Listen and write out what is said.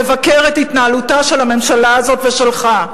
לבקר את התנהלותה של הממשלה הזאת ושלך,